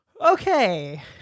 Okay